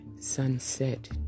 Sunset